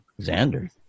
Xander